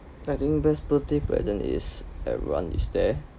I think best birthday present is is there